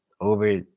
over